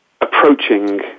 approaching